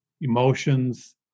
emotions